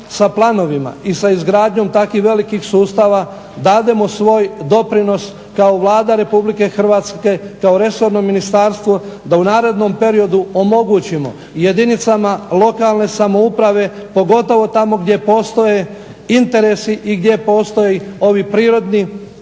sa planovima i sa izgradnjom takvih velikih sustava dademo svoj doprinos kao Vlada Republike Hrvatske, kao resorno ministarstvo da u narednom periodu omogućimo jedinicama lokalne samouprave pogotovo tamo gdje postoje interesi i gdje postoje ova prirodna